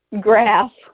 graph